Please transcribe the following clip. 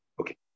Okay